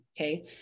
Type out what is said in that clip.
Okay